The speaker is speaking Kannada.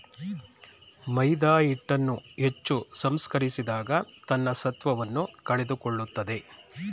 ಮೈದಾಹಿಟ್ಟನ್ನು ಹೆಚ್ಚು ಸಂಸ್ಕರಿಸಿದಾಗ ತನ್ನ ಸತ್ವವನ್ನು ಕಳೆದುಕೊಳ್ಳುತ್ತದೆ